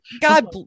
God